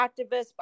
activists